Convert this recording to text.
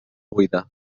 buida